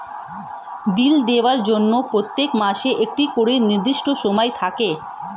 বিল দেওয়ার জন্য প্রত্যেক মাসে একটা করে নির্দিষ্ট সময় থাকে